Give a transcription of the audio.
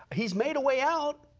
he's made a way out.